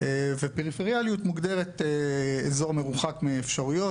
פריפריאליות מוגדרת כאזור מרוחק מאפשרויות,